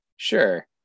Sure